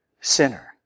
sinner